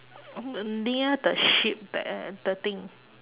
uh the near the sheep there the thing